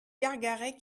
gargaret